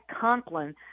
Conklin